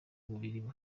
bubiri